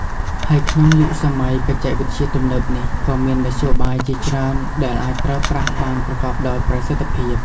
ហើយក្នុងយុគសម័យបច្ចេកវិទ្យាទំនើបនេះ ក៏មានមធ្យោបាយជាច្រើនដែលអាចប្រើប្រាស់បានប្រកបដោយប្រសិទ្ធភាព។